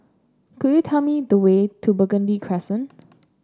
could you tell me the way to Burgundy Crescent